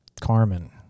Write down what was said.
Carmen